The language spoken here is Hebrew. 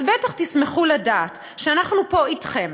אז בטח תשמחו לדעת שאנחנו פה אתכם,